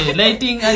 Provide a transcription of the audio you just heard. lighting